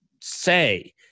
say